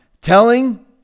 telling